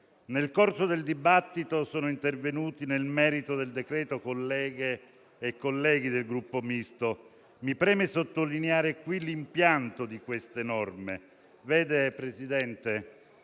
Nel corso del dibattito sono intervenuti nel merito del decreto-legge colleghe e colleghi del Gruppo Misto. Mi preme sottolineare qui l'impianto di queste norme. Signor Presidente,